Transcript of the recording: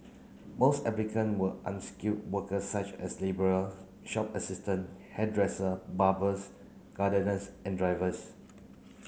most applicant were unskilled worker such as labourer shop assistant hairdresser barbers gardeners and drivers